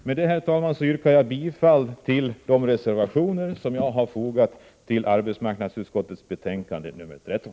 Med det här, herr talman, yrkar jag bifall till min reservation som fogats till arbetsmarknadsutskottets betänkande 13.